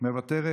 מוותרת.